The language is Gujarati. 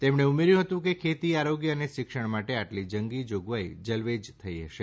તેમણે ઉમેર્યું હતું કે ખેતી આરોગ્ય અને શિક્ષણ માટે આટલી જંગી જોગવાઈ જવલ્લે જ થઈ હશે